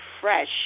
fresh